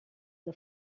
the